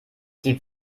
die